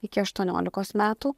iki aštuoniolikos metų